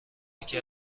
یکی